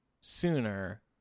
sooner